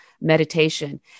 meditation